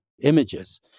images